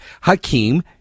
Hakeem